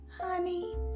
honey